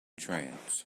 trance